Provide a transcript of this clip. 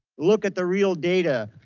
look at the real data,